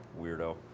weirdo